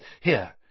Here